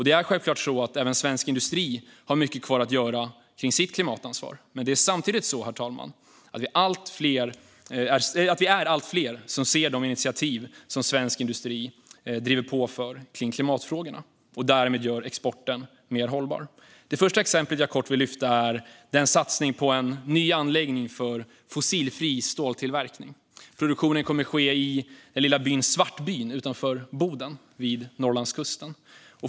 Det är självklart att även svensk industri har mycket kvar att göra för att ta sitt klimatansvar, men samtidigt är vi allt fler som ser de initiativ där svensk industri är drivande för i klimatfrågorna och därmed gör exporten mer hållbar. Det första exempel jag vill lyfta fram är satsningen på en ny anläggning för fossilfri ståltillverkning. Produktionen kommer att ske i den lilla byn Svartbyn utanför Boden i närheten av Norrlandskusten.